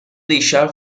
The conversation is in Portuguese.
deixar